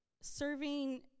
serving